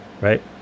right